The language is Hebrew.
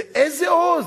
ואיזה עוז,